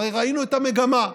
הרי ראינו את המגמה.